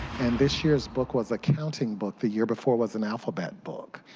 and this year's book was a counting book. the year before was an alphabet book.